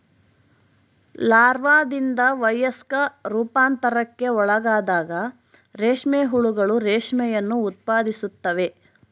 ಲಾರ್ವಾದಿಂದ ವಯಸ್ಕ ರೂಪಾಂತರಕ್ಕೆ ಒಳಗಾದಾಗ ರೇಷ್ಮೆ ಹುಳುಗಳು ರೇಷ್ಮೆಯನ್ನು ಉತ್ಪಾದಿಸುತ್ತವೆ